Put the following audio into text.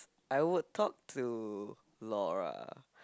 I would talk to Laura